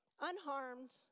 Unharmed